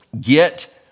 get